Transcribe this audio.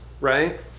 Right